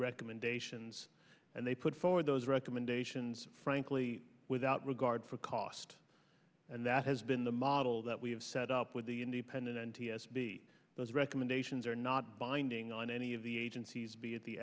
recommendations and they put forward those recommendations frankly without regard for cost and that has been the model that we have set up with the independent n t s b those recommendations are not binding on any of the agencies be at the